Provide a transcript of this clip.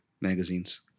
magazines